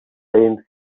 same